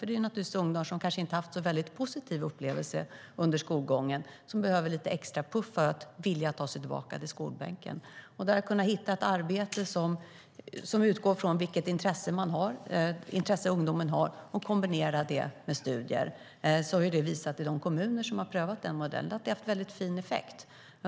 Det är ungdomar som inte har haft så väldigt positiva upplevelser under skolgången och som behöver lite extrapuffar för att vilja ta sig tillbaka till skolbänken. I de kommuner som har prövat modellen med arbete som utgår från ungdomarnas intresse kombinerat med studier har den haft väldigt fin effekt.